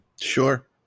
Sure